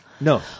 No